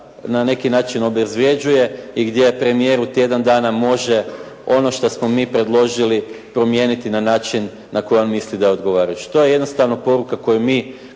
na neki način obezvređuje i gdje premijer u tjedan dana može ono što smo mi predložili promijeniti na način na koji on misli da je odgovarajući. To je jednostavno poruka koju mi